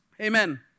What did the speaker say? Amen